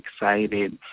excited